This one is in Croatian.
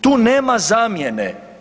Tu nema zamjene.